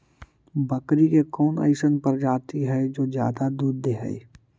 बकरी के कौन अइसन प्रजाति हई जो ज्यादा दूध दे हई?